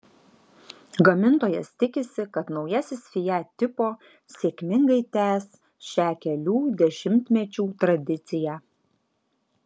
gamintojas tikisi kad naujasis fiat tipo sėkmingai tęs šią kelių dešimtmečių tradiciją